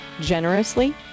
generously